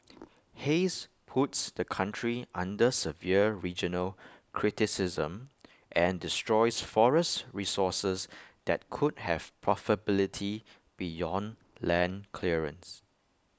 haze puts the country under severe regional criticism and destroys forest resources that could have profitability beyond land clearance